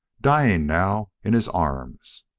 dying, now, in his arms.